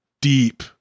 deep